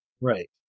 Right